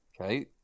Okay